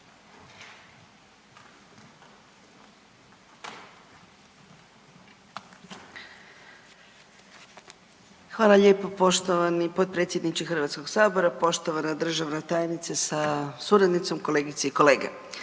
Hvala lijepo poštovani potpredsjedniče HS-a, poštovani državni tajniče sa suradnicom, kolegice i kolege.